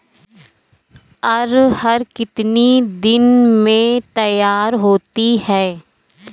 अरहर कितनी दिन में तैयार होती है?